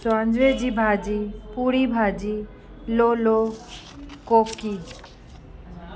स्वांजरे जी भाॼी पूड़ी भाॼी लोलो कोकी